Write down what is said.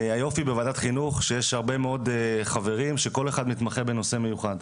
היופי בוועדת חינוך שיש הרבה מאוד חברים שכל אחד מתמחה בנושא מיוחד,